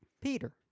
Peter